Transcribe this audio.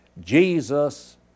Jesus